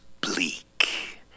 bleak